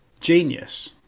genius